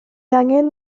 angen